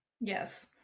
Yes